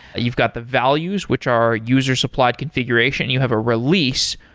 you've got the values, which are user supplied configuration. you have a release,